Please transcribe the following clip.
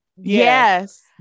Yes